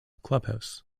clubhouse